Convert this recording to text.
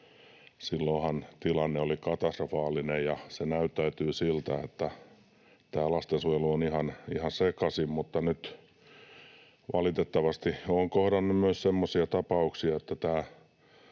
Silloinhan tilanne oli katastrofaalinen ja se näyttäytyi niin, että lastensuojelu on ihan sekaisin, mutta nyt valitettavasti olen kohdannut myös semmoisia tapauksia,